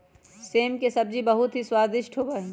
सेम के सब्जी बहुत ही स्वादिष्ट होबा हई